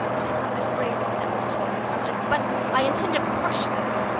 i have the gravest doubts upon the subject. but i intend to crush them.